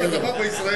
בסדר.